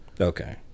Okay